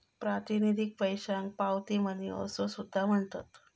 प्रातिनिधिक पैशाक पावती मनी असो सुद्धा म्हणतत